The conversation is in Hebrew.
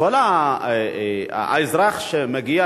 האזרח שמגיע,